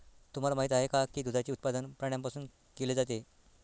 तुम्हाला माहित आहे का की दुधाचे उत्पादन प्राण्यांपासून केले जाते?